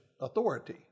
authority